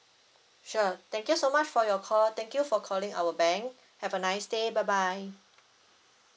sure thank you so much for your call thank you for calling our bank have a nice day bye bye